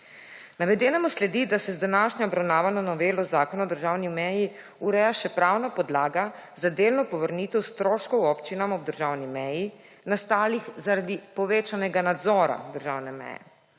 Navedenemu sledi, da se z današnjo obravnavamo novelo Zakona o državni meji ureja še pravna podlaga za delno povrnitev stroškov občinam ob državni meji nastalih, zaradi povečanega nadzora državne meje.